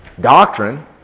doctrine